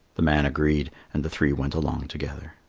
the man agreed, and the three went along together.